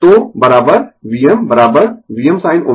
तो VmVm sinω t θ